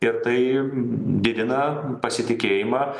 ir tai didina pasitikėjimą